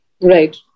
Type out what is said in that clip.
right